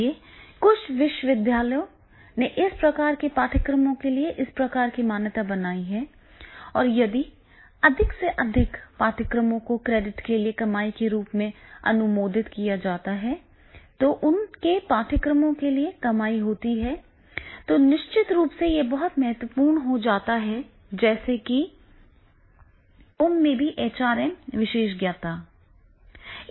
इसलिए इसलिए कुछ विश्वविद्यालयों ने इस प्रकार के पाठ्यक्रमों के लिए इस प्रकार की मान्यता बनाई है और यदि अधिक से अधिक पाठ्यक्रमों को क्रेडिट के लिए कमाई के रूप में अनुमोदित किया जाता है तो उनके पाठ्यक्रम के लिए कमाई होती है तो निश्चित रूप से यह बहुत महत्वपूर्ण हो जाता है जैसे कि डोम में भी एचआरएम विशेषज्ञता